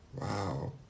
Wow